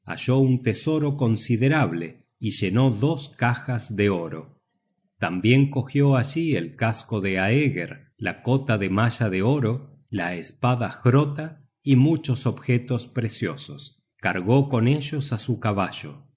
un tesoro considerable y llenó dos cajas de oro tambien cogió allí el casco de aeger la cota de malla de oro la espada hrotta y muchos objetos preciosos cargó con ellos á su caballo